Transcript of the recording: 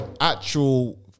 Actual